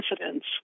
incidents